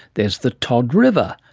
there's the todd river,